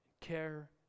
care